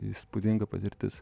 įspūdinga patirtis